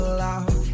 love